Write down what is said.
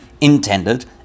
intended